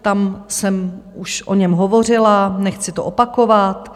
Tam jsem už o něm hovořila, nechci to opakovat.